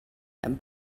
and